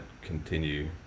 continue